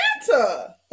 Santa